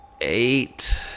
eight